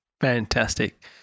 Fantastic